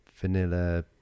vanilla